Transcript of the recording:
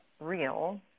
real